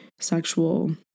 sexual